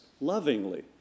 lovingly